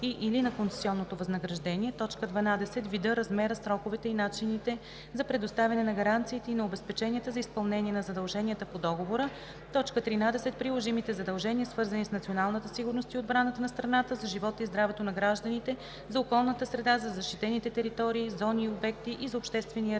и/или на концесионното възнаграждение; 12. вида, размера, сроковете и начините за предоставяне на гаранциите и на обезпеченията за изпълнение на задълженията по договора; 13. приложимите задължения, свързани с националната сигурност и отбраната на страната, за живота и здравето на гражданите, за околната среда, за защитените територии, зони и обекти и за обществения ред,